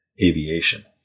aviation